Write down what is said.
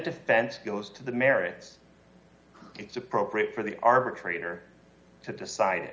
defense goes to the merits it's appropriate for the arbitrator to decide